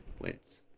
wins